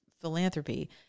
philanthropy